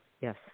Yes